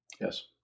Yes